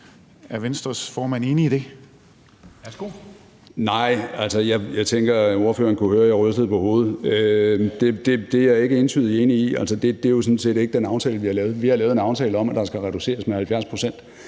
Ellemann-Jensen (V): Nej, jeg tænker, at partilederen kunne høre, at jeg rystede på hovedet, for det er jeg ikke entydigt enig i. Altså, det er jo sådan set ikke den aftale, vi har lavet. Vi har lavet en aftale om, at der skal reduceres med 70 pct.